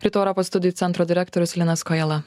rytų europos studijų centro direktorius linas kojala